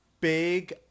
big